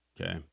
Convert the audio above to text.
okay